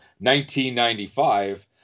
1995